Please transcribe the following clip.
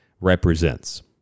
represents